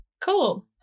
Cool